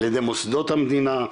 על ידי מוסדות המדינה,